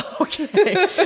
Okay